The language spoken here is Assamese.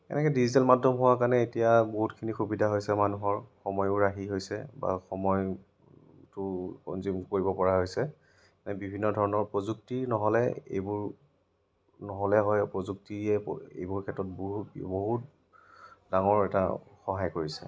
এনেকৈ ডিজিটেল মাধ্যম হোৱাৰ কাৰণে এতিয়া বহুতখিনি সুবিধা হৈছে মানুহৰ সময়ো ৰাহি হৈছে বা সময়টো কনজিউম কৰিবপৰা হৈছে এই বিভিন্ন ধৰণৰ প্ৰযুক্তি নহ'লে এইবোৰ নহ'লে হয় প্ৰযুক্তিয়ে এইবোৰ এইবোৰ ক্ষেত্ৰত বহুত বহুত ডাঙৰ এটা সহায় কৰিছে